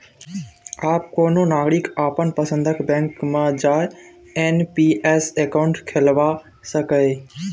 आब कोनो नागरिक अपन पसंदक बैंक मे जा एन.पी.एस अकाउंट खोलबा सकैए